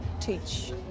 teach